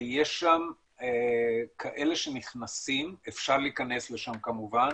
ויש שם כאלה שנכנסים, אפשר להכנס לשם כמובן,